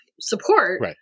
support